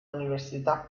università